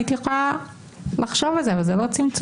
הייתי יכולה לחשוב על זה אבל זה לא צמצום.